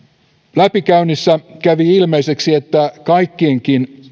läpikäynnissä kävi ilmeiseksi että kaikkien